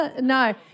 no